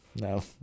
no